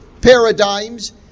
paradigms